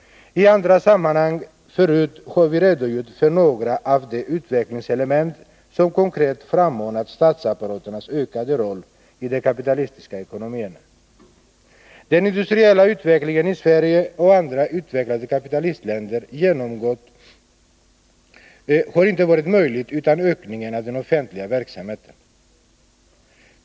I andra sammanhang har vi förut redogjort för några av de utvecklingselement som konkret frammanat statsapparaternas ökade roll i de kapitalistiska ekonomierna. Den industriella utveckling Sverige — och andra utvecklade kapitalistländer — genomgått hade inte varit möjlig utan ökning av den ”offentliga verksamheten”.